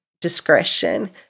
discretion